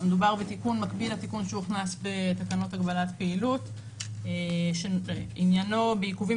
מדובר בתיקון מקביל לתיקון שהוכנס בתקנות הגבלת פעילות שעניינו בעיכובים